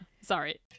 Sorry